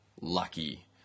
lucky